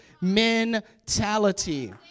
mentality